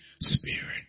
Spirit